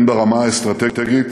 הן ברמה האסטרטגית